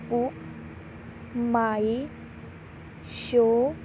BookMyShow